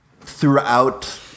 throughout